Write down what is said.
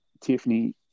Tiffany